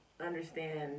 understand